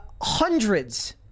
hundreds